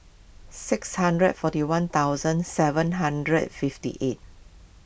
six hundred forty one thousand seven hundred fifty eight